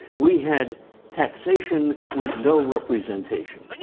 we had taxation with no representation.